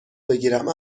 بگیرم